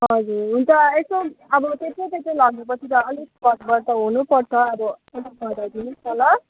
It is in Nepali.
हजुर हुन्छ यसो अब त्यत्रो त्यत्रो लगेपछि अलिक घटबढ त हुनुपर्छ अब अलिक घटाइदिनुहोस् न ल